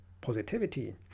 positivity